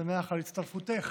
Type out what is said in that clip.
על הצטרפותך